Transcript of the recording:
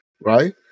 right